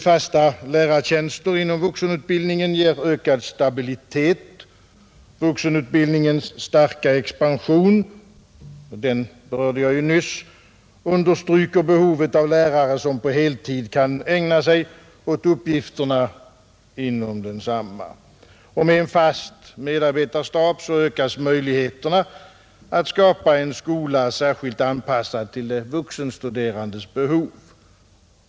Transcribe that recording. Fasta lärartjänster inom vuxenutbildningen ger ökad stabilitet. Vuxenutbildningens starka expansion — den berörde jag nyss — understryker behovet av lärare som på heltid kan ägna sig åt uppgifterna inom densamma. Med en fast medarbetarstab ökas också möjligheterna att skapa en skola, särskilt anpassad till de vuxenstuderandes behov.